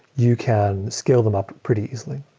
you can scale them up pretty easily.